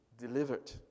delivered